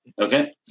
Okay